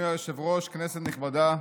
אדוני היושב-ראש, כנסת נכבדה,